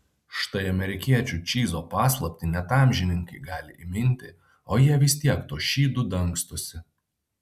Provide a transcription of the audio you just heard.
štai amerikiečių čyzo paslaptį net amžininkai gali įminti o jie vis tiek tuo šydu dangstosi